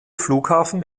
flughafen